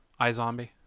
iZombie